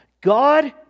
God